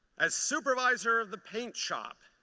as supervisor of the paint shop,